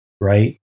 right